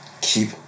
keep